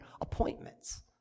appointments